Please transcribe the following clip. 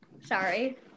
Sorry